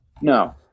No